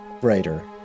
brighter